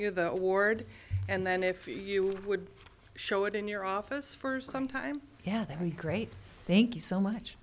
you the award and then if you would show it in your office for some time yeah i'm great thank you so much